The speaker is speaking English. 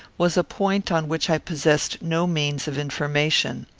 was a point on which i possessed no means of information.